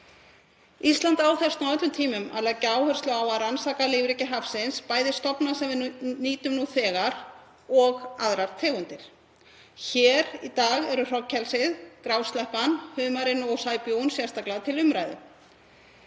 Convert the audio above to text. Ísland á þess vegna á öllum tímum að leggja áherslu á að rannsaka lífríki hafsins, bæði stofna sem við nýtum nú þegar og aðrar tegundir. Hér í dag eru hrognkelsið, grásleppan, humarinn og sæbjúgun sérstaklega til umræðu.